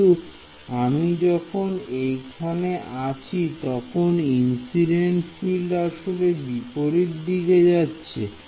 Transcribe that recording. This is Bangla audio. কিন্তু আমি যখন এইখানে আছি তখন ইন্সিডেন্ট ফিল্ড আসলে বিপরীত দিকে যাচ্ছে